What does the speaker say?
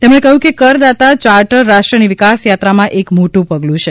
તેમણે કહ્યું કે કરદાતા ચાર્ટર રાષ્ટ્રની વિકાસ યાત્રામાં એક મોટું પગલું છે